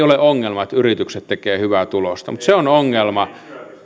ole ongelma että yritykset tekevät hyvää tulosta mutta se on ongelma